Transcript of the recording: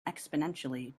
exponentially